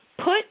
put